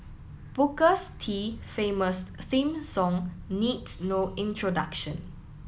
bookers T famous theme song needs no introduction